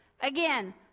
Again